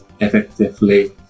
effectively